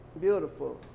Beautiful